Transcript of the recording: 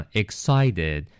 excited